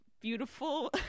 beautiful